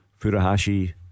Furuhashi